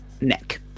neck